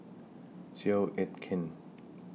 Seow Yit Kin